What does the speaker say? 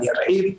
ואני ארחיב.